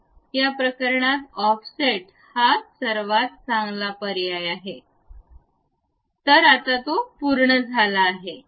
या प्रकरणात ऑफसेट हा सर्वात चांगला पर्याय आहे तर आता तो पूर्ण झाला आहे